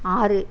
ஆறு